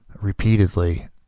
repeatedly